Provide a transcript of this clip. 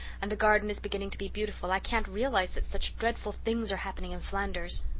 and the garden is beginning to be beautiful i can't realize that such dreadful things are happening in flanders.